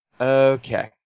Okay